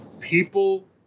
People